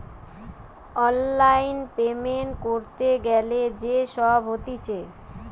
online payment ক্যরতে গ্যালে যে সব হতিছে